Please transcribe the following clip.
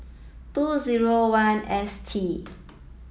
two zero one S T